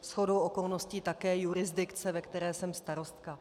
Shodou okolností také jurisdikce, ve které jsem starostka.